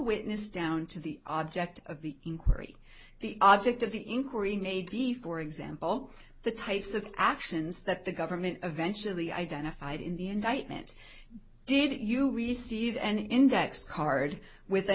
witness down to the object of the inquiry the object of the inquiry may be for example the types of actions that the government eventually identified in the indictment did you receive an index card with